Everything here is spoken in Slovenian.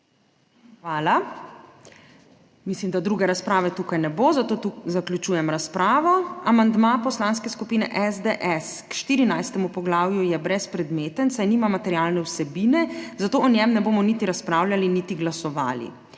Hvala. Mislim, da druge razprave tukaj ne bo, zato tudi zaključujem razpravo. Amandma Poslanske skupine SDS k 14. poglavju je brezpredmeten, saj nima materialne vsebine, zato o njem ne bomo niti razpravljali niti glasovali.